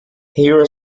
hero